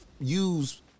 use